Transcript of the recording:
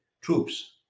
troops